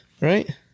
Right